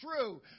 true